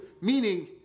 Meaning